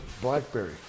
Blackberry